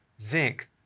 zinc